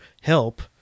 help